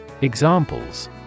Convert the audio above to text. Examples